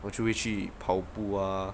我就会去跑步啊